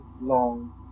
long